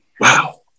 Wow